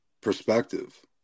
perspective